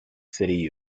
city